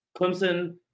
Clemson